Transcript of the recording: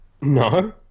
No